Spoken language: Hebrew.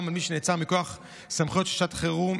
על מי שנעצר מכוח חוק סמכויות שעת חירום